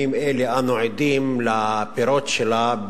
בימים אלה אנחנו עדים לפירות שלה,